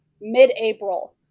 mid-April